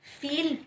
feel